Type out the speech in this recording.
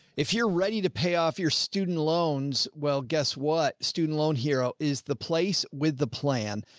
if you're ready to pay off your student loans, well guess what? student loan hero is the place with the plan.